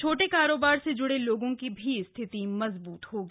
छोटे कारोबार से जुड़े लोगों की स्थिति मजबूत होगी